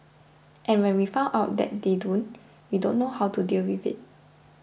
and when we found out that they don't we don't know how to deal with it